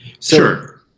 Sure